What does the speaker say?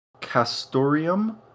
castorium